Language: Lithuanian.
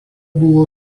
buvo